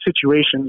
situations